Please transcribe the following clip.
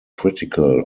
critical